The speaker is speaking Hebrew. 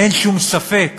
אין שום ספק,